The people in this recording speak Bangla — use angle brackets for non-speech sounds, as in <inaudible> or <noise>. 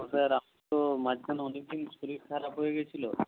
তো স্যার <unintelligible> তো মাঝখানে অনেকদিন শরীর খারাপ হয়ে গিয়েছিল